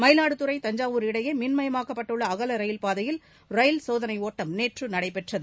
மயிலாடுதுரை தஞ்சாவூர் இடையே மின்மயமாக்கப்பட்டுள்ள அகல ரயில்பாதையில் ரயில் சோதனை ஒட்டம் நேற்று நடைபெற்றது